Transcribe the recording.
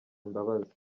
imbabazi